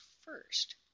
first